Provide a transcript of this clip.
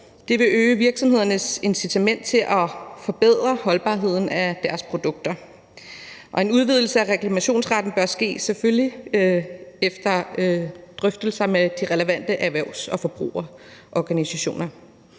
Det vil øge virksomhedernes incitament til at forbedre holdbarheden af deres produkter. En udvidelse af reklamationsretten bør selvfølgelig ske efter drøftelser med de relevante erhvervs- og forbrugerorganisationer.